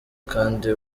kandi